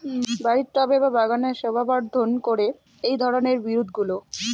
বাড়ির টবে বা বাগানের শোভাবর্ধন করে এই ধরণের বিরুৎগুলো